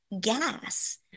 gas